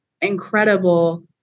incredible